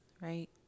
right